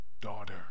daughter